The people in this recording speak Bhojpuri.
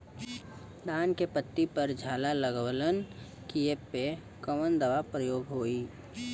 धान के पत्ती पर झाला लगववलन कियेपे कवन दवा प्रयोग होई?